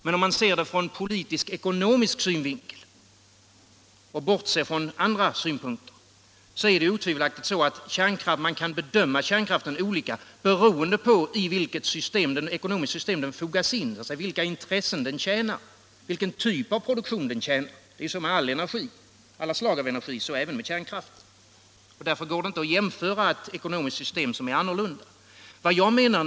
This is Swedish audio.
Men om man ser det från politisk-ekonomisk synvinkel och bortser från andra synpunkter är det otvivelaktigt så, att man kan bedöma kärnkraften olika beroende på i vilket system den fogas in, vilka intressen den tjänar, vilken typ av produktion den tjänar. Det är ju så med alla slag av energi och alltså även med kärnkraften. Därför går det inte att göra jämförelser med ett ekonomiskt system som är annorlunda än vårt.